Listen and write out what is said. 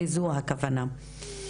לזו הכוונה.